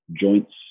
joints